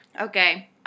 okay